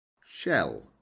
shell